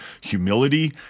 humility